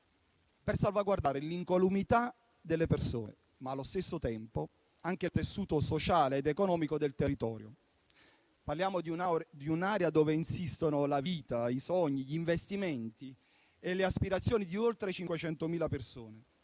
per salvaguardare l'incolumità delle persone, ma allo stesso tempo anche il tessuto sociale ed economico del territorio. Parliamo di un'area dove insistono la vita, i sogni, gli investimenti e le aspirazioni di oltre 500.000 persone;